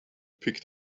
picked